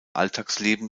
alltagsleben